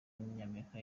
w’umunyamerika